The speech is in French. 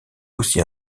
aussi